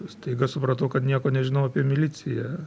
staiga supratau kad nieko nežinau apie miliciją